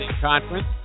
Conference